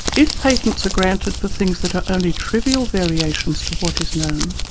if patents are granted for things that are only trivial variations to what is known,